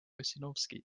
ossinovski